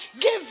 give